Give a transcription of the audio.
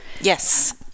Yes